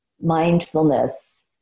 mindfulness